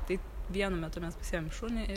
tai vienu metu mes pasiėm šunį i